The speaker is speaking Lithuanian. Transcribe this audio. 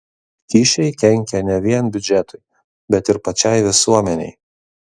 kyšiai kenkia ne vien biudžetui bet ir pačiai visuomenei